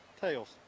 tails